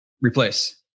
Replace